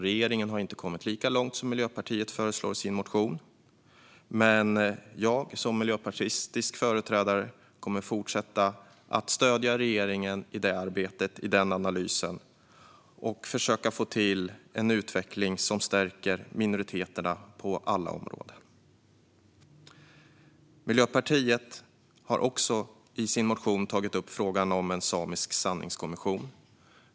Regeringen har alltså inte kommit lika långt som Miljöpartiet föreslår i sin motion, men jag som miljöpartistisk företrädare kommer att fortsätta att stödja regeringen i det arbetet och den analysen och försöka få till en utveckling som stärker minoriteterna på alla områden. Miljöpartiet har också i sin motion tagit upp frågan om en samisk sanningskommission.